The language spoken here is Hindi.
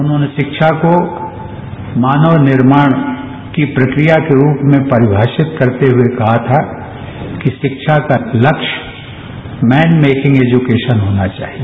उन्होंने शिक्षा को मानव निर्माण की प्रक्रिया के रूप में परिभाषित करते हुए कहा कि शिक्षा का लक्ष्य मैन मेकिंग एजुकेशन होना चाहिए